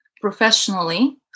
professionally